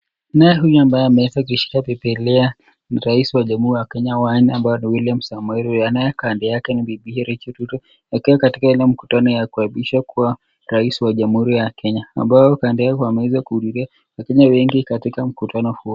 Naye huyu ambaye ameishika bibilia, ni raisi wa jamuhuri ya Kenya wa nne ambaye ni William Samoi Ruto, naye kando yake ni bibiye Rachel Ruto, wakiwa katika ile mkutano ya kuapisha kuwa raisi ya jamuhuri ya Kenya, ambao kando yao wameweza kuhudhuria wakenya wengi katika mkutano huo.